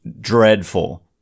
dreadful